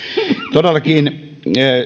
todellakin